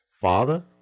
Father